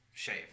shave